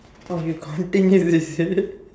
oh you continue is it